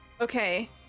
Okay